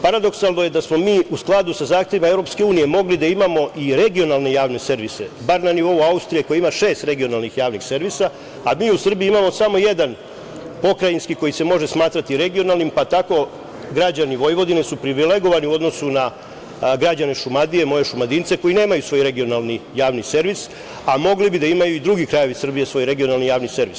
Paradoksalno je da smo mi u skladu sa zahtevima Evropske unije mogli da imamo i regionalne javne servise, bar na nivou Austrije koja ima šeste regionalnih javnih servisa, a mi u Srbiji imamo samo jedan pokrajinski koji se može smatrati regionalnim, pa tako građani Vojvodine su privilegovani u odnosu na građane Šumadije, moje Šumadince koji nemaju svoj regionalni javni servis, a mogli bi da imaju i drugi krajevi Srbije svoj regionalni javni servis.